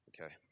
Okay